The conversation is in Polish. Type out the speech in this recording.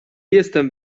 jestem